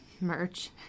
merch